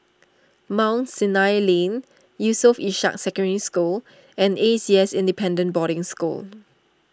Mount Sinai Lane Yusof Ishak Secondary School and A C S Independent Boarding School